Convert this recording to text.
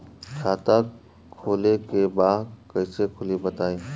खाता खोले के बा कईसे खुली बताई?